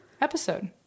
episode